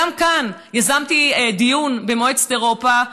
גם כאן יזמתי דיון במועצת אירופה,